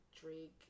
Drake